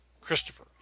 Christopher